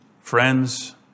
friends